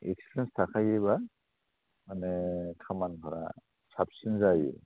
experience थाखायोबा माने खामानिफ्रा साबसिन जायो